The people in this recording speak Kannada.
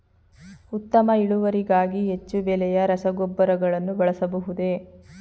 ಉತ್ತಮ ಇಳುವರಿಗಾಗಿ ಹೆಚ್ಚು ಬೆಲೆಯ ರಸಗೊಬ್ಬರಗಳನ್ನು ಬಳಸಬಹುದೇ?